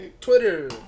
Twitter